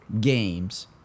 Games